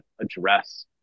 address